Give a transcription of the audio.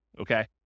okay